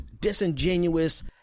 disingenuous